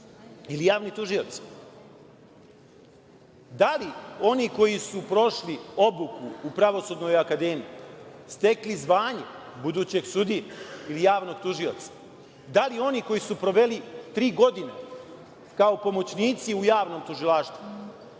ili javni tužioci. Da li oni koji su prošli obuku u Pravosudnoj akademiji, stekli zvanje budućeg sudije ili javnog tužioca, da li su oni koji su proveli tri godine kao pomoćnici u javnom tužilaštvu